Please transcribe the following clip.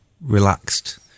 relaxed